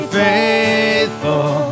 faithful